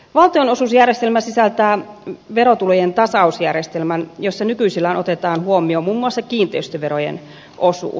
valtionosuusjärjestelmä sisältää verotulojen tasausjärjestelmän jossa nykyisellään otetaan huomioon muun muassa kiinteistöverojen osuus